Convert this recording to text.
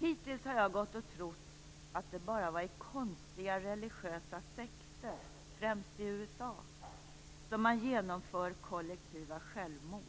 Hittills har jag trott att det bara var i konstiga religiösa sekter, främst i USA, som man genomför kollektiva självmord.